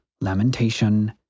lamentation